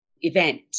event